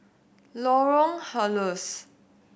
Lorong Halus